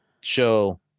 show